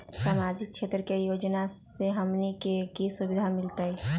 सामाजिक क्षेत्र के योजना से हमनी के की सुविधा मिलतै?